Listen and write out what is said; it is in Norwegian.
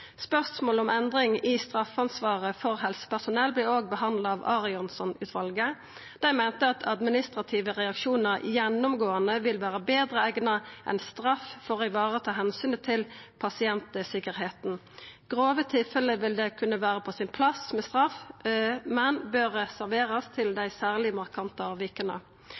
Spørsmålet om endring i straffeansvaret for helsepersonell vart òg behandla av Arianson-utvalet. Dei meinte at administrative reaksjonar gjennomgåande ville vera betre eigna enn straff for å vareta omsynet til pasientsikkerheita. I grove tilfelle vil det kunna vera på sin plass med straff, men det bør reserverast til dei særleg